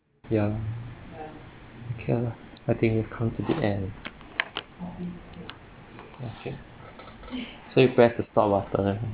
ya okay lah I think we've come to the end okay so you press the stop button